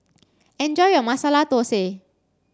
enjoy your Masala Thosai